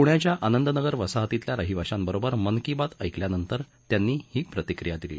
पुण्याच्या आनंदनगर वसाहतीतल्या रहिवाशांवरोबर मन की बात ऐकल्यानंतर त्यांनी ही प्रतिक्रीया दिली